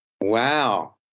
Wow